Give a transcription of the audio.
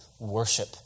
worship